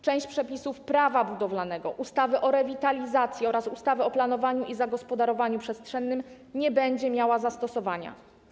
Część przepisów Prawa budowlanego, ustawy o rewitalizacji oraz ustawy o planowaniu i zagospodarowaniu przestrzennym nie będzie miała zastosowania.